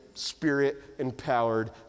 Spirit-empowered